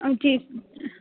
ਜੀ